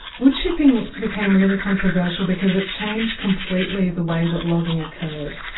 wood chipping became really controversial because it changed completely the way that logging occurred.